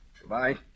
Goodbye